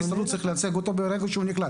כהסתדרות צריך לייצג אותו ברגע שהוא נקלט